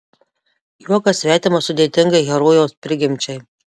juokas svetimas sudėtingai herojaus prigimčiai